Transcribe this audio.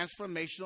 transformational